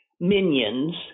minions